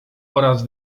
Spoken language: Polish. oraz